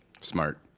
Smart